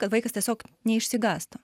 kad vaikas tiesiog neišsigąstų